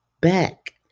back